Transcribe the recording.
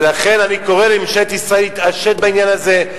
ולכן אני קורא לממשלת ישראל להתעשת בעניין הזה,